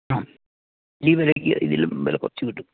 ആ ഈ വിലക്ക് ഇതിലും വിലക്കുറച്ച് കിട്ടും